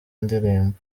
ndirimbo